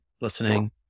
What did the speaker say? listening